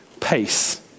pace